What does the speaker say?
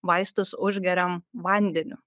vaistus užgeriam vandeniu